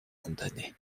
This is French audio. condamné